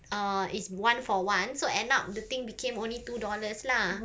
uh it's one for one so end up the thing became only two dollars lah